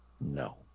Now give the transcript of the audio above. No